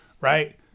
Right